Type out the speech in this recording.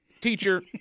teacher